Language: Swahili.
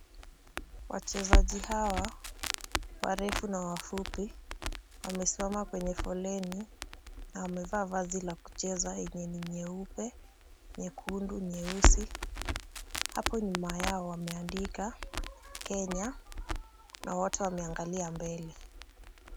Wachezaji hawa warefu na wafupi wamesimama kwenye fleni na wamevaa jezi za kucheza zenye ni nyeupe, yekundu, nyeusi. Hapo nyuma yao wameandika Kenya na wote wameangalia mbele.